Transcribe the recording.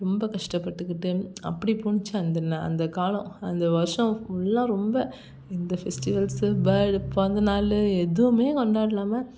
ரொம்ப கஷ்டப்பட்டுக்கிட்டு அப்படி போணுச்சு அந்த நான் அந்த காலம் அந்த வருஷம் ஃபுல்லாக ரொம்ப இந்த ஃபெஸ்டிவல்ஸு பேர்டே பிறந்தநாளு எதுவுமே கொண்டாடாமல்